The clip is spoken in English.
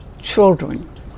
children